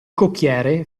cocchiere